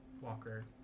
walker